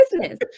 business